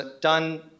done